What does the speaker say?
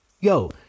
yo